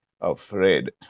afraid